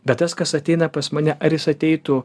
bet tas kas ateina pas mane ar jis ateitų